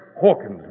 Hawkins